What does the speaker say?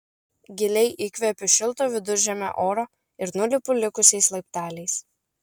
giliai įkvepiu šilto viduržemio oro ir nulipu likusiais laipteliais